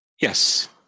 Yes